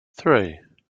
three